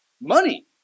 Money